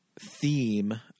theme